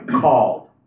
called